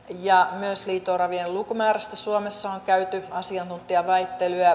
ja myös liito oravien lukumäärästä suomessa on käyty asiantuntijaväittelyä